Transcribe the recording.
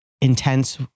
intense